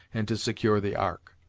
and to secure the ark.